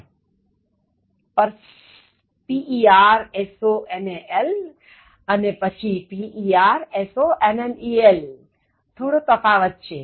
પણ personal અને પછી personnel થોડો તફાવત છે